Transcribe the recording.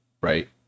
right